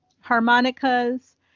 harmonicas